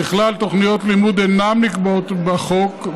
ככלל, תוכניות לימוד אינן נקבעות בחוק.